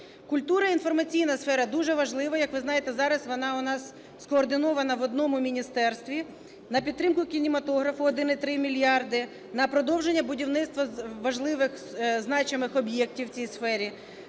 Культура, інформаційна сфера дуже важлива. Як ви знаєте, зараз вона у нас скоординована в одному міністерстві. На підтримку кінематографу – 1,3 мільярда; на продовження будівництва важливих, значимих об'єктів в цій сфері;